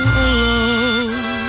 alone